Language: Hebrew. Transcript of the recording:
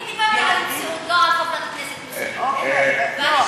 אני דיברתי על המציאות, לא על